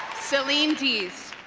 celine diz